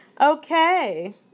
Okay